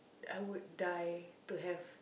I would die to have